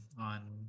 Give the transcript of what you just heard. on